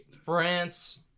france